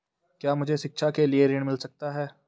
क्या मुझे शिक्षा के लिए ऋण मिल सकता है?